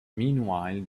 meanwhile